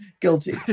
guilty